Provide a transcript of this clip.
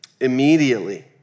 Immediately